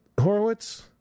Horowitz